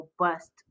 robust